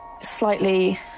slightly